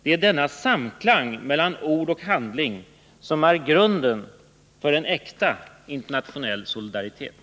Det är denna samklang mellan ord och handling som är grunden för en äkta internationell solidaritet.